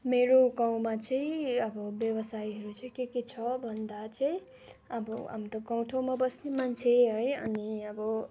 मेरो गाउँमा चाहिंँ अब व्यवसायहरू चाहिँ के के छ भन्दा चाहिँ अब हामी त गाउँ ठाउँमा बस्ने मान्छे है अनि अब